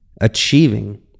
achieving